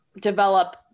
develop